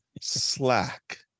Slack